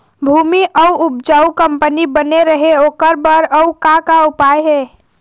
भूमि म उपजाऊ कंपनी बने रहे ओकर बर अउ का का उपाय हे?